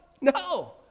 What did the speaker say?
no